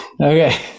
Okay